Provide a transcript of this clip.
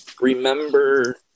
Remember